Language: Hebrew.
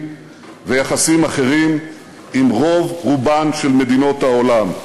ויחסים אחרים עם רוב-רובן של מדינות העולם.